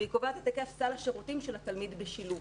והיא קובעת את היקף סל השירותים של התלמיד בשילוב.